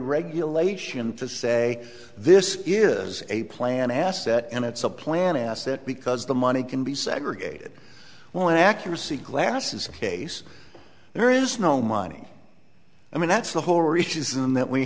regulation to say this is a plan asset and it's a plan asset because the money can be segregated when accuracy glasses case there is no money i mean that's the whole reason that we